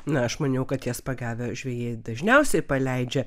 na aš maniau kad jas pagavę žvejai dažniausiai paleidžia